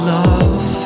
love